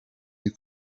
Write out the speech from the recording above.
you